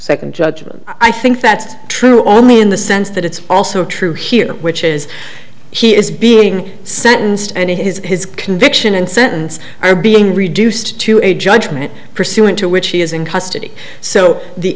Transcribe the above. second judgment i think that's true only in the sense that it's also true here which is he is being sentenced and it is his conviction and sentence are being reduced to a judgment pursuant to which he is in custody so the